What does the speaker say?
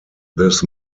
this